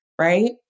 Right